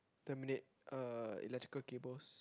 terminate uh electrical cables